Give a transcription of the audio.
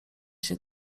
się